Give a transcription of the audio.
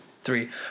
three